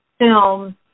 film